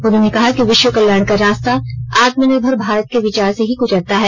उन्होंने कहा कि विश्व कल्याण का रास्ता आत्मनिर्भर भारत के विचार से ही गुजरता है